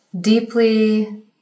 deeply